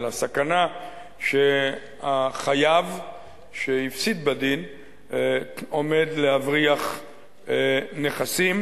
לסכנה שהחייב שהפסיד בדין עומד להבריח נכסים,